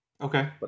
Okay